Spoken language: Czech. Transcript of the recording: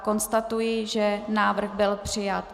Konstatuji, že návrh byl přijat.